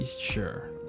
sure